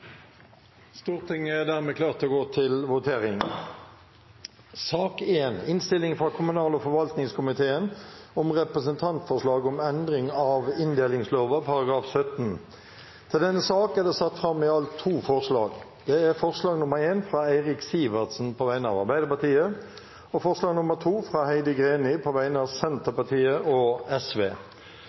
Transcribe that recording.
Stortinget er dermed klar til å gå til votering. Under debatten er det satt fram to forslag. Det er forslag nr. 1, fra Eirik Sivertsen på vegne av Arbeiderpartiet forslag nr. 2, fra Heidi Greni på vegne av Senterpartiet og